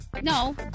No